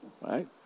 right